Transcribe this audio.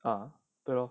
ah 对 lor